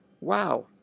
wow